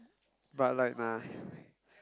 but like nah